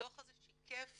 הדו"ח הזה שיקף